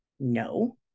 No